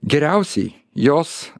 geriausiai jos